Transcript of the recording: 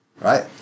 Right